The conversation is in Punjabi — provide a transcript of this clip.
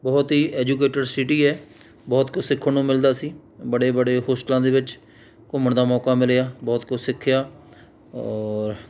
ਬਹੁਤ ਹੀ ਐਜੂਕੇਟਿਡ ਸਿਟੀ ਹੈ ਬਹੁਤ ਕੁਛ ਸਿੱਖਣ ਨੂੰ ਮਿਲਦਾ ਸੀ ਬੜੇ ਬੜੇ ਹੋਸਟਲਾਂ ਦੇ ਵਿੱਚ ਘੁੰਮਣ ਦਾ ਮੌਕਾ ਮਿਲਿਆ ਬਹੁਤ ਕੁਛ ਸਿੱਖਿਆ ਔਰ